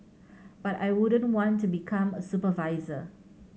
but I wouldn't want to become a supervisor